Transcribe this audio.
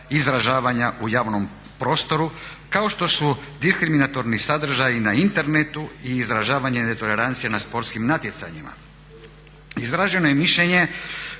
izražavanja u javnom prostoru kao što su diskriminatorni sadržaji na internetu i izražavanje netolerancije na sportskim natjecanjima. Izraženo je mišljenje